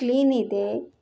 ಕ್ಲೀನಿದೆ